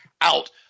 out